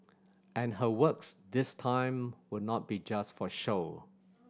and her works this time will not be just for show